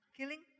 Killing